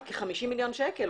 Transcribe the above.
50 מיליון שקל.